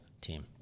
team